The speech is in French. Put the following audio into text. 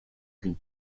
qu’une